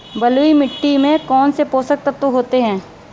बलुई मिट्टी में कौनसे पोषक तत्व होते हैं?